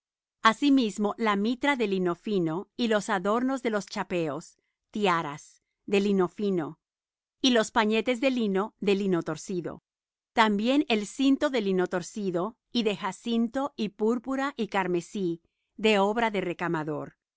asimismo la mitra de lino fino y los adornos de los chapeos tiaras de lino fino y los pañetes de lino de lino torcido también el cinto de lino torcido y de jacinto y púrpura y carmesí de obra de recamador